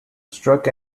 struck